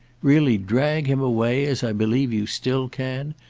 really drag him away, as i believe you still can,